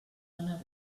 anar